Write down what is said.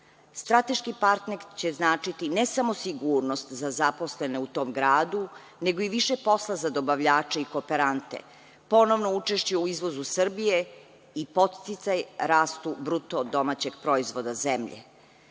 Strateški partner će značiti ne samo sigurnost za zaposlene u tom gradu, nego i više posla za dobavljače i kooperante, ponovno učešće u izvozu Srbije i podsticaj u rastu BDP zemlje. Podsetiću da je